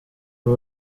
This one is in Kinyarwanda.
ubu